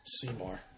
Seymour